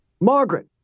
Margaret